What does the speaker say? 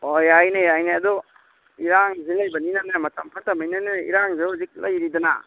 ꯑꯣ ꯌꯥꯏꯅꯦ ꯌꯥꯏꯅꯦ ꯑꯗꯣ ꯏꯔꯥꯡꯁꯨ ꯂꯩꯕꯅꯤꯅꯅꯦ ꯃꯇꯝ ꯐꯠꯇꯃꯤꯅꯅꯦ ꯏꯔꯥꯡꯁꯨ ꯍꯧꯖꯤꯛ ꯂꯩꯔꯤꯗꯅ